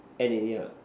end it yeah